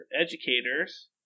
educators